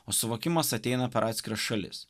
o suvokimas ateina per atskiras šalis